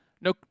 no